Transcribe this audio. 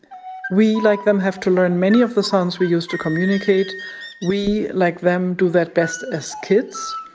we, like them, have to learn many of the sounds we use to communicate we, like them, do that best as kids.